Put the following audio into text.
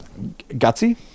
gutsy